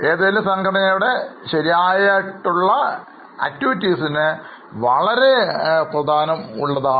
ഏതെങ്കിലും സംഘടനയുടെ ശരിയായ പ്രവർത്തനത്തിന് വളരെ പ്രധാനമാണ്